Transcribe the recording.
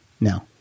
no